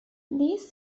these